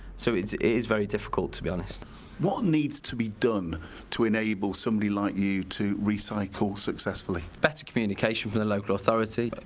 so it is very difficult to be honest what needs to be done to enable somebody like you to recycle successfully? better communication from the local authority,